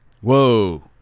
Whoa